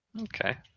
Okay